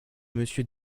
monsieur